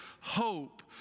hope